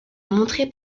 montrer